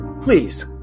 please